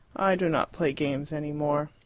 i do not play games any more.